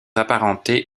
apparentés